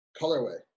colorway